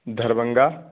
Darbhanga